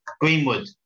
Greenwood